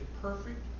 perfect